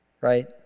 Right